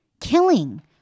killing